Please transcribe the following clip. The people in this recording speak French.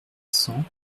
cents